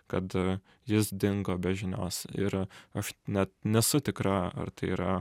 kad jis dingo be žinios ir aš net nesu tikra ar tai yra